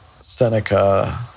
Seneca